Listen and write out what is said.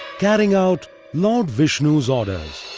carrying out lord vishnu's orders.